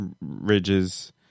ridges